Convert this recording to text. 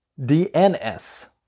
DNS